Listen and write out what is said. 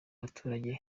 abaturage